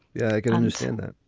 yeah, i can understand that,